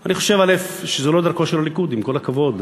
אני חושב שזו לא דרכו של הליכוד, עם כל הכבוד.